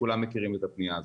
כולם מכירים את הפנייה הזאת.